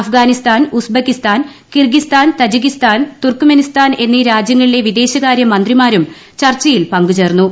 Afghanistan Uzbekistan Kyrgyzstan Tajikistan Turkmenistan എന്നീ രാജ്യങ്ങളിലെ വിദേശകാര്യ മന്ത്രിമാരും ചർച്ചയിൽ പങ്കു ചേർന്നു